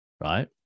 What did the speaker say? right